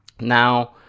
Now